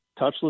touchless